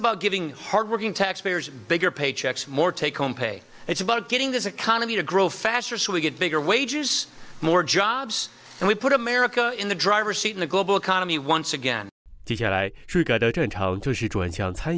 about giving hard working taxpayers bigger paychecks more take home pay it's about getting this economy to grow faster so we get bigger wages more jobs and we put america in the driver's seat in the global economy once again to go to and how